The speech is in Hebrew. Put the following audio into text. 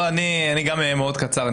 אני גם אהיה מאוד קצר.